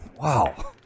Wow